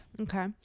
Okay